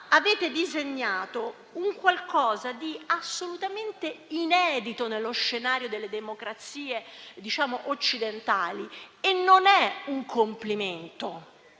avete disegnato qualcosa di assolutamente inedito nello scenario delle democrazie occidentali. Questo non è un complimento